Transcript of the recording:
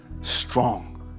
strong